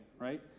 right